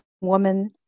woman